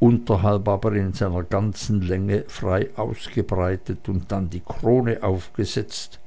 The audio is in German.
unterhalb aber in seiner ganzen länge frei ausgebreitet und dann die krone aufgesetzt